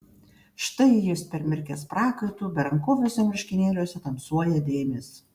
štai jis permirkęs prakaitu berankoviuose marškinėliuose tamsuoja dėmės